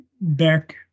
back